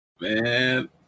Man